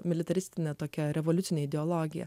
militaristine tokia revoliucinė ideologija